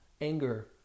anger